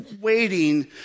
waiting